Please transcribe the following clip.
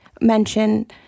mention